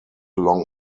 long